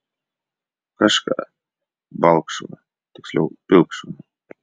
kažką balkšvą tiksliau pilkšvą